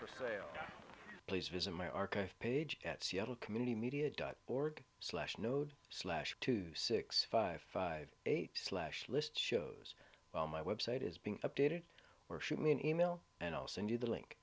for sale please visit my archive page at seattle community media dot org slash node slash two six five five eight slash list shows well my website is being updated or shoot me an email and i'll send you the link